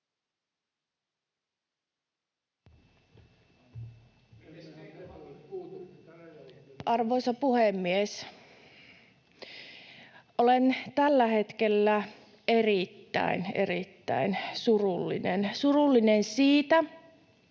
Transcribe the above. Arvoisa puhemies! Olen tällä hetkellä erittäin, erittäin